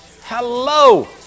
Hello